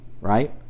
right